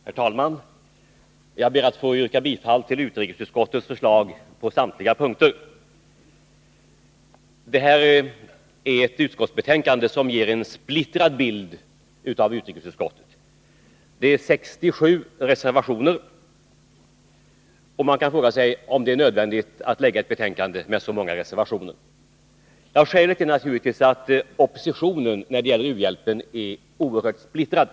Herr talman! Jag ber att få yrka bifall till utrikesutskottets förslag på samtliga punkter. Detta utskottsbetänkande ger en splittrad bild av utrikesutskottet. Betänkandet innehåller 67 reservationer, och man kan fråga sig om det är nödvändigt att presentera ett betänkande med så många reservationer. Skälet är naturligtvis att oppositionen när det gäller u-hjälpen är oerhört splittrad.